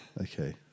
Okay